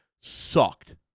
sucked